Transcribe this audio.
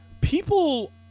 people